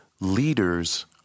leaders